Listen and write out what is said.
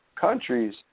countries